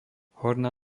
horná